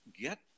get